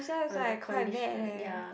on a condition ya